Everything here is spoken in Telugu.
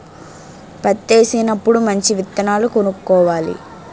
పత్తేసినప్పుడు మంచి విత్తనాలు కొనుక్కోవాలి